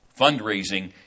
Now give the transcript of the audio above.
fundraising